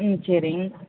ம் சரி